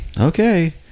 okay